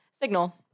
signal